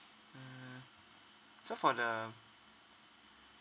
mm so for the